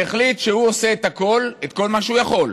והחליט שהוא עושה את הכול, את כל מה שהוא יכול,